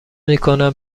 میکنم